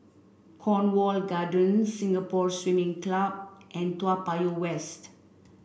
Cornwall Gardens Singapore Swimming Club and Toa Payoh West